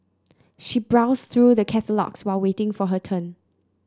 she browsed through the catalogues while waiting for her turn